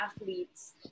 athletes